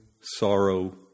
sorrow